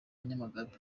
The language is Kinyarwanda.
nyamagabe